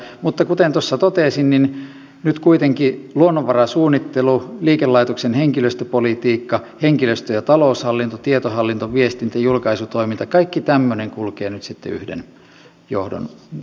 mutta kuten tuossa totesin nyt kuitenkin luonnonvarasuunnittelu liikelaitoksen henkilöstöpolitiikka henkilöstö ja taloushallinto tietohallinto viestintä julkaisutoiminta kaikki tämmöinen kulkee sitten yhden johdon kautta